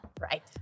Right